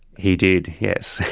he did, yes.